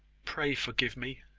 pray forgive me,